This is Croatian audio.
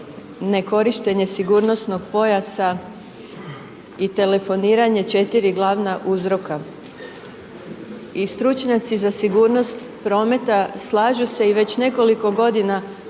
nekorištenje sigurnosnog pojasa i telefoniranje 4 glavna uzroka. I stručnjaci za sigurnost prometa slažu se i već nekoliko godina